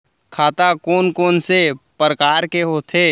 खाता कोन कोन से परकार के होथे?